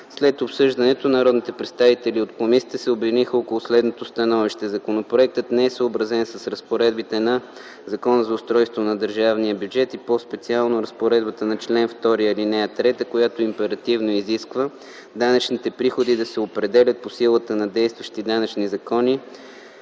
След обсъждането народните представители се обединиха около следното становище: Законопроектът не е съобразен с разпоредбите на Закона за устройството на държавния бюджет (ЗУДБ) и по-специално разпоредбата на чл. 2, ал. 3, която императивно изисква: „Данъчните приходи да се определят по силата на действащите данъчни закони